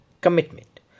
Commitment